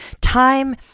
time